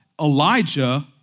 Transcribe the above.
Elijah